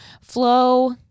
flow